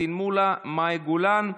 פטין מולא ומאי גולן,